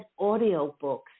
audiobooks